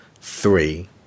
three